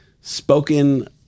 spoken